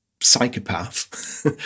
psychopath